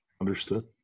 Understood